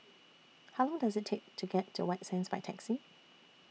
How Long Does IT Take to get to White Sands By Taxi